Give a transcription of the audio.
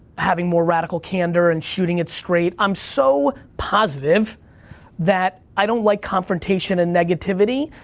having more radical candor and shooting it straight. i'm so positive that i don't like confrontation and negativity,